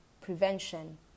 Prevention